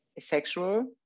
sexual